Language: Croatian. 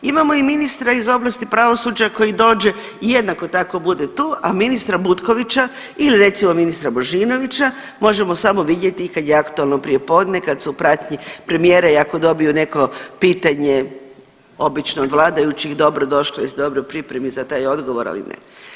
Imamo i ministra iz oblasti pravosuđa koji dođe i jednako tako bude tu, a ministra Butkovića ili recimo ministra Božinovića možemo samo vidjeti kad je aktualno prijepodne, kad su u pratnji premijera i ako dobiju neko pitanje obično od vladajućih i dobro došli i dobroj pripremi za taj odgovor, ali ne.